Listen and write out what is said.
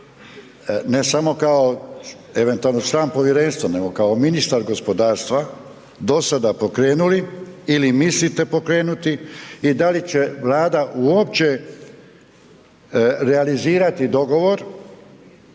ne samo kao eventualno član povjerenstva, nego kao ministar gospodarstva, do sada pokrenuli ili mislite pokrenuti i da li će Vlada uopće realizirati dogovor